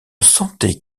sentait